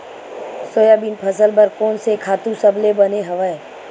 Soybean फसल बर कोन से खातु सबले बने हवय?